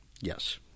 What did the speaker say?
Yes